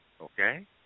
okay